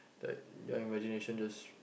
like your imagination just